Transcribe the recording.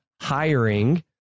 hiring